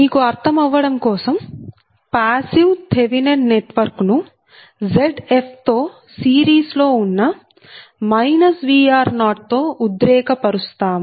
మీకు అర్థం అవ్వడం కోసం పాస్సివ్ థెవినెన్ నెట్వర్క్ ను Zf తో సీరీస్ ఉన్న Vr0 తో ఉద్రేక పరుస్తాము